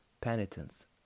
penitence